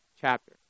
chapter